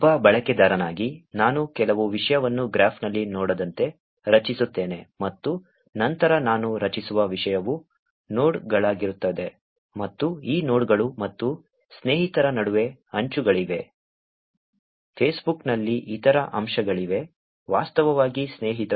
ಒಬ್ಬ ಬಳಕೆದಾರನಾಗಿ ನಾನು ಕೆಲವು ವಿಷಯವನ್ನು ಗ್ರಾಫ್ನಲ್ಲಿ ನೋಡ್ನಂತೆ ರಚಿಸುತ್ತೇನೆ ಮತ್ತು ನಂತರ ನಾನು ರಚಿಸುವ ವಿಷಯವು ನೋಡ್ಗಳಾಗಿರುತ್ತದೆ ಮತ್ತು ಈ ನೋಡ್ಗಳು ಮತ್ತು ಸ್ನೇಹಿತರ ನಡುವೆ ಅಂಚುಗಳಿವೆ ಫೇಸ್ಬುಕ್ನಲ್ಲಿ ಇತರ ಅಂಶಗಳಿವೆ ವಾಸ್ತವವಾಗಿ ಸ್ನೇಹಿತರು